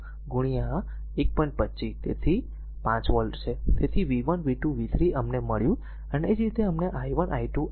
25 તેથી તે r 5 volt છે તેથી v 1 v 2 v 3 અમને મળ્યું અને તે જ રીતે અમને i1 i2 અને i3 મળ્યા